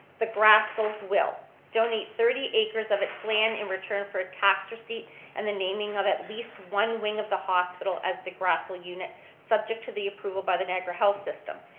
the grassl's will donate thirty acres of its land in return for a tax receipt and the naming of at least one wing of the hospital as the grassl unit subject to the approval by the niagara health system.